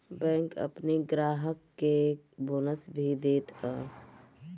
bank अपनी ग्राहक के बोनस भी देत हअ